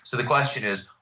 so the question is,